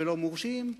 ולא מורשים.